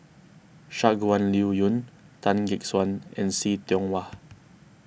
Shangguan Liuyun Tan Gek Suan and See Tiong Wah